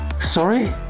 Sorry